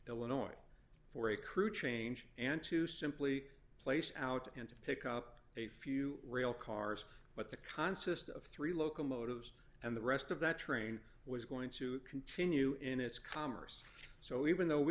illinois for a crew change and to simply place out and to pick up a few rail cars but the concept of three locomotives and the rest of that train was going to continue in its commerce so even though we